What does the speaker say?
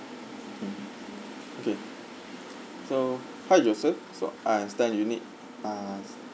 mm okay so hi joseph so I understand you need ah